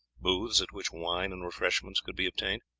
booths at which wine and refreshments could be obtained.